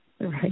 right